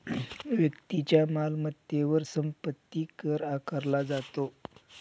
व्यक्तीच्या मालमत्तेवर संपत्ती कर आकारला जातो